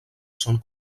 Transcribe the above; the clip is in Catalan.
són